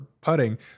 putting